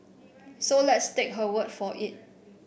so let's take her word for it